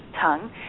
tongue